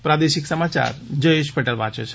પ્રાદેશિક સમાચાર જયેશ પટેલ વાંચે છે